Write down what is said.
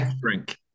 drink